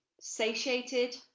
satiated